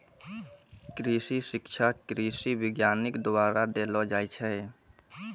कृषि शिक्षा कृषि वैज्ञानिक द्वारा देलो जाय छै